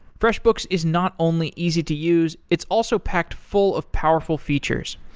freshbooks is not only easy to use, it's also packed full of powerful features.